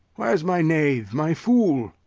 where's my knave? my fool?